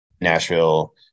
Nashville